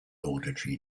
auditory